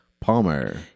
Palmer